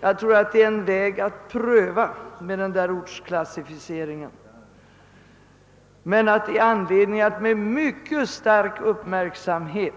Det kan vara en väg att pröva men det finns anledning att med mycket stor uppmärksamhet